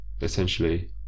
essentially